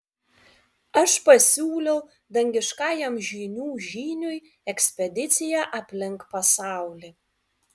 aš pasiūliau dangiškajam žynių žyniui ekspediciją aplink pasaulį